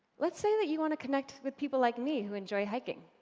let's say that you want to connect with people like me who enjoy hiking.